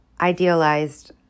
idealized